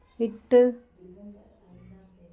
விட்டு